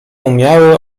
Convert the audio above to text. umiały